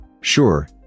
Sure